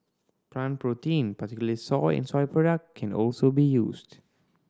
plant protein particularly soy and soy product can also be used